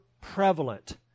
prevalent